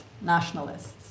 nationalists